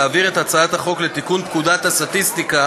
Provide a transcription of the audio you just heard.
להעביר את הצעת חוק לתיקון פקודת הסטטיסטיקה